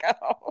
go